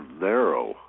narrow